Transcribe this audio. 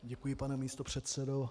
Děkuji, pane místopředsedo.